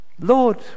Lord